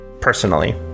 personally